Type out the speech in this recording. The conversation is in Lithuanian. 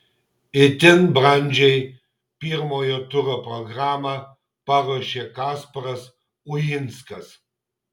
itin brandžiai pirmojo turo programą paruošė kasparas uinskas